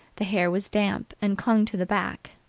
the hair was damp and clung to the back,